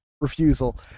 refusal